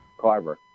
Carver